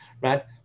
right